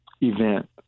event